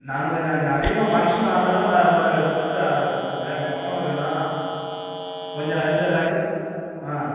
நான் கொஞ்சம் இந்த அதிகமாக ஃபங்க்ஷன் வர்றதில் ஆ இது கொஞ்சம் வேணும் மொத்தமாக வேணும் கொஞ்சம் இந்த கடுப் ஆ